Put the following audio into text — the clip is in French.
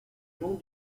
long